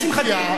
לשמחתי,